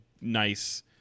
nice